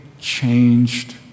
changed